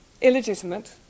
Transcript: illegitimate